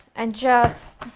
and just